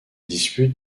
disputes